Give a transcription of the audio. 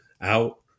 out